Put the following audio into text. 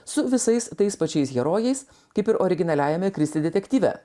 su visais tais pačiais herojais kaip ir originaliajame kristi detektyve